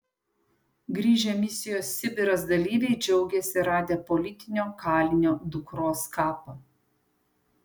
grįžę misijos sibiras dalyviai džiaugiasi radę politinio kalinio dukros kapą